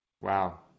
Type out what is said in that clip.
Wow